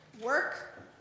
work